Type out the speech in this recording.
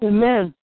Amen